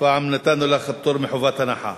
הפעם נתנו לך פטור מחובת הנחה.